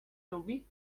lubi